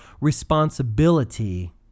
responsibility